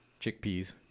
chickpeas